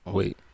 wait